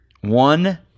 one